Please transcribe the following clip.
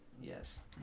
Yes